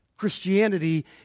Christianity